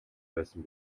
байсан